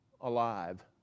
alive